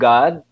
God